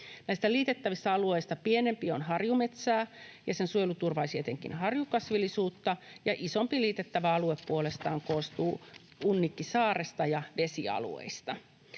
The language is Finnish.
liitettävistä alueista pienempi on harjumetsää, ja sen suojelu turvaisi etenkin harjukasvillisuutta, ja isompi liitettävä alue puolestaan koostuu Unnikkisaaresta ja vesialueista.